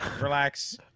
relax